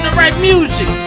right music!